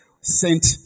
sent